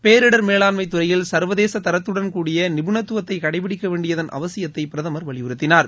பேரிடர் மேலாண்மத் துறையில் சர்வதேச தரத்துடன் கூடிய நிபுணத்துவத்தை கடைப்பிடிக்க வேண்டியதன் அவசியத்தை பிரதமர் வலியுறுத்தினார்